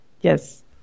Yes